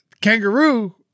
kangaroo